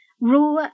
raw